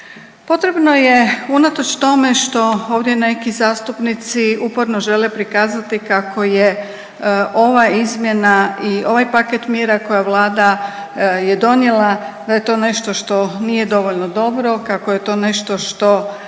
Potrebno je unatoč tome što ovdje neki zastupnici uporno žele prikazati kako je ova izmjena i ovaj paket mjera koje je Vlada donijela da je to nešto što nije dovoljno dobro, kako je to nešto što